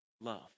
love